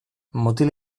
mutil